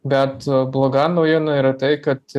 bet bloga naujiena yra tai kad